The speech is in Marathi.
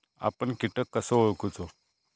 आपन कीटक कसो ओळखूचो?